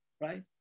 Right